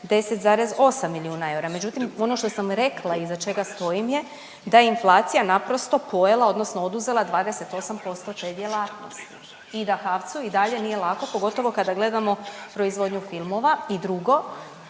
10,8 milijuna eura. Međutim, ono što sam rekla i iza čega stojim je da inflacija naprosto pojela odnosno oduzela 28% te djelatnosti i da HAVC-u i dalje nije lako, pogotovo kada gledamo proizvodnju filmova. I drugo,